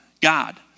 God